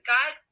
God